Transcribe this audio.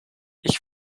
ich